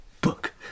Book